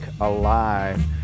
alive